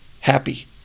happy